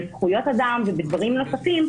בזכויות אדם ובדברים נוספים,